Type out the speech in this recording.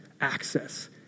access